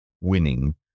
winning